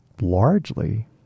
largely